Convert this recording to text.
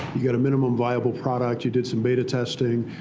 you got a minimum viable product. you did some beta testing,